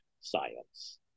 science